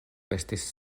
estis